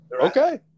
okay